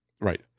Right